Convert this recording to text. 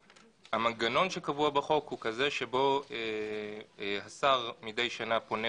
המנגנון שקבוע בחוק הוא כזה שבו השר מדי שנה פונה